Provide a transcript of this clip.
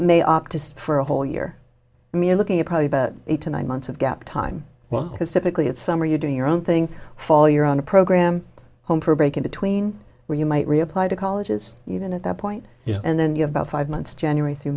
stay for a whole year i mean looking at probably about eight to nine months of gap time well because typically it's summer you're doing your own thing fall you're on a program home for a break in between where you might reapply to colleges even at that point and then you have about five months january through